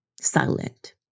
silent